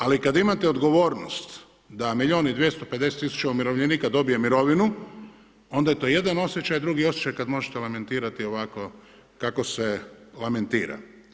Ali kad imate odgovornost da milijun i 250 000 umirovljenika dobije mirovinu, onda je to jedan osjećaj, a drugi osjećaj je kad možete lamentirat ovako kako se lamentira.